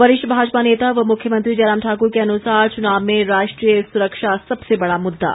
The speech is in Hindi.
वरिष्ठ भाजपा नेता व मुख्यमंत्री जयराम ठाकुर के अनुसार चुनाव में राष्ट्रीय सुरक्षा सबसे बड़ा मुद्दा